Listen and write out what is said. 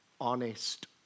honest